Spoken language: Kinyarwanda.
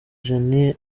iki